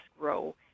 grow